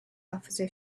officer